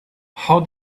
how